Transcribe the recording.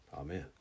Amen